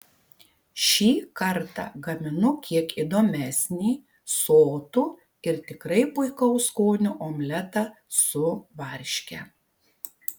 šį kartą gaminu kiek įdomesnį sotų ir tikrai puikaus skonio omletą su varške